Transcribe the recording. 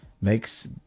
Makes